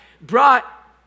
brought